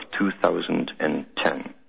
2010